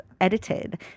edited